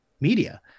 media